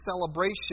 celebration